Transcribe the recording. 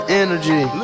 energy